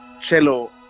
cello